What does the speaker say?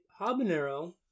habanero